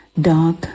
dark